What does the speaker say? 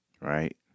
right